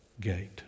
gate